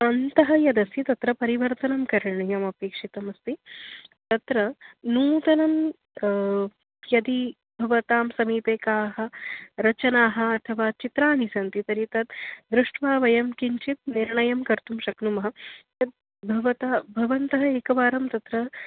अन्तः यदस्ति तत्र परिवर्तनं करणीयमपेक्षितमस्ति तत्र नूतनं यदि भवतां समीपे काः रचनाः अथवा चित्राणि सन्ति तर्हि तत् दृष्ट्वा वयं किञ्चित् निर्णयं कर्तुं शक्नुमः तत् भवन्तः भवन्तः एकवारं तत्र